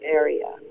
area